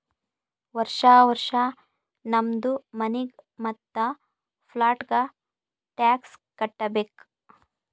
ವರ್ಷಾ ವರ್ಷಾ ನಮ್ದು ಮನಿಗ್ ಮತ್ತ ಪ್ಲಾಟ್ಗ ಟ್ಯಾಕ್ಸ್ ಕಟ್ಟಬೇಕ್